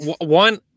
One